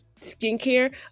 skincare